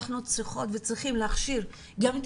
אנחנו צריכות וצריכים להכשיר גם את